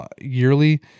yearly